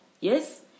Yes